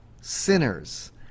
sinners